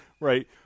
Right